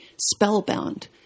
spellbound